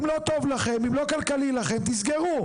אם לא טוב לכם ולא כלכלי לכם אז תסגרו.